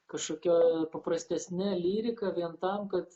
kažkokio paprastesne lyrika vien tam kad